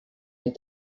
mes